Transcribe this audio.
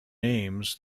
names